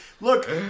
look